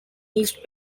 east